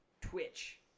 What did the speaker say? Twitch